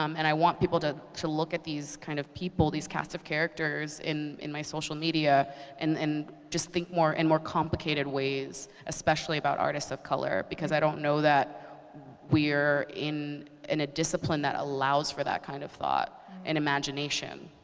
um and i want people to to look at these kind of people, these cast of characters in in my social media and just think more in and more complicated ways, especially about artists of color, because i don't know that we are in in a discipline that allows for that kind of thought and imagination.